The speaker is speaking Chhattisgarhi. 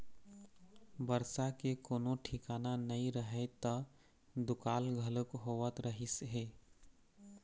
बरसा के कोनो ठिकाना नइ रहय त दुकाल घलोक होवत रहिस हे